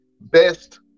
best